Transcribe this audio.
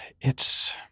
it's-